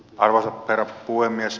arvoisa herra puhemies